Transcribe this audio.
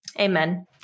amen